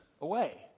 away